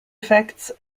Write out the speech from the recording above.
effects